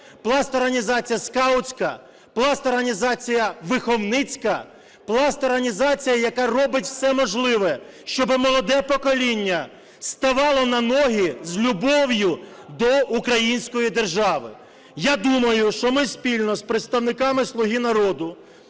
Пласт організація скаутська, Пласт організація виховницька, Пласт організація, яка робить все можливе, щоб молоде покоління ставало на ноги з любов'ю до української держави. Я думаю, що ми спільно з представниками "Слуги народу"